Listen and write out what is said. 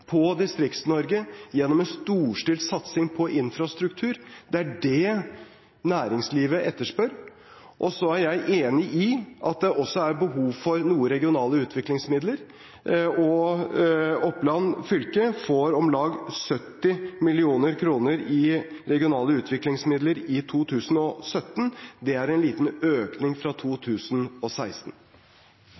på Distrikts-Norge gjennom en storstilt satsing på infrastruktur. Det er det næringslivet etterspør. Og så er jeg enig i at det også er behov for noe regionale utviklingsmidler, og Oppland fylke får om lag 70 mill. kr i regionale utviklingsmidler i 2017. Det er en liten økning fra 2016.